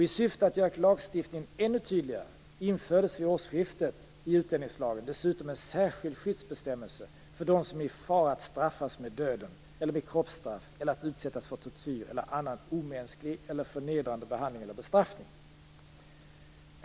I syfte att göra lagstiftningen ännu tydligare infördes vid årsskiftet i utlänningslagen dessutom en särskild skyddsbestämmelse för dem som är i fara att straffas med döden eller med kroppsstraff eller att utsättas för tortyr eller annan omänsklig eller förnedrande behandling eller bestraffning.